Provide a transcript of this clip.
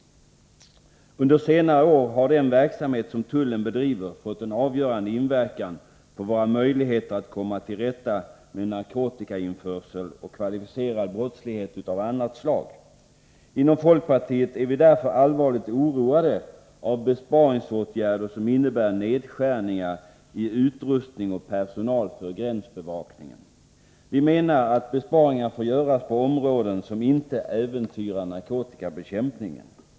Under senare år har den verksamhet som tullen bedriver fått en avgörande inverkan på våra möjligheter att komma till rätta med narkotikainförsel och kvalificerad brottslighet av annat slag. Inom folkpartiet är vi därför allvarligt oroade av besparingsåtgärder som innebär nedskärningar i utrustning och personal för gränsbevakningen. Vi menar att besparingar får göras på områden som inte äventyrar narkotikabekämpningen.